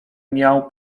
miał